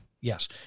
Yes